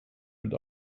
mit